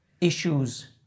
issues